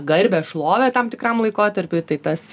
garbę šlovę tam tikram laikotarpiui tai tas